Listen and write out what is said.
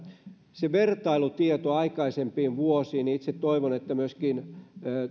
se vertailutieto aikaisempiin vuosiin itse toivon että myöskin